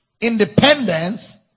independence